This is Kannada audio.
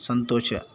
ಸಂತೋಷ